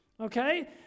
okay